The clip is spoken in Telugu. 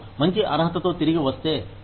వారు మంచి అర్హతతో తిరిగి వస్తే